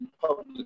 public